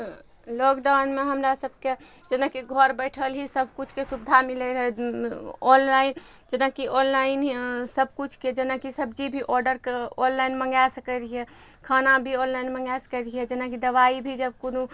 लॉकडाउनमे हमरा सबके जेनाकि घर बैठल ही सबकिछुके सुविधा मिलय रहय ऑनलाइन जेनाकि ऑनलाइन सबकिछुके जेनाकि सब्जी भी ऑर्डर ऑनलाइन मँगाय सकय रहियै खाना भी ऑनलाइन मँगाय सकय रहियै जेनाकि दबाइ भी जब कोनो